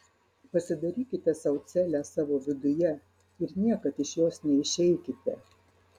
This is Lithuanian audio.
pasidarykite sau celę savo viduje ir niekad iš jos neišeikite